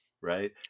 right